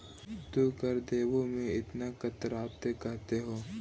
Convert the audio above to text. तू कर देवे में इतना कतराते काहे हु